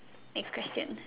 next question